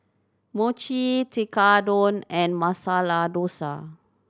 Mochi Tekkadon and Masala Dosa